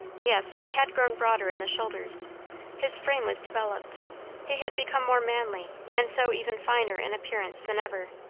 yes, he had grown broader in the shoulders his frame was developed he had become more manly, and so even finer in appearance than ever.